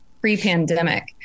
pre-pandemic